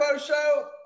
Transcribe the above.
show